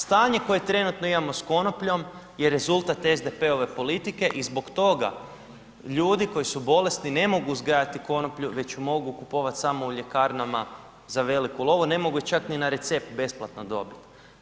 Stanje koje trenutno imamo s konopljom jer rezultat SDP-ove politike i zbog toga ljudi koji su bolesni ne mogu uzgajati konoplju već mogu kupovati samo u ljekarnama za veliku lovu, ne mogu je čak ni na recept besplatno dobiti.